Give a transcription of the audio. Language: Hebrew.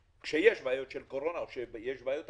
כשיש בעיות של קורונה או כשיש בעיות תקציביות,